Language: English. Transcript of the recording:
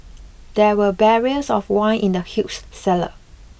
there were barrels of wine in the huge cellar